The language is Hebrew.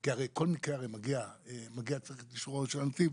כל מקרה מגיע וצריך את אישורו של הנציב.